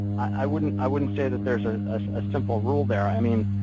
i wouldn't i wouldn't say that there's a ah simple rule there. i mean,